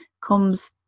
comes